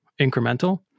incremental